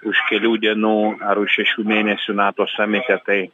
už kelių dienų ar už šešių mėnesių nato samite tai